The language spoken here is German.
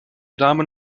damen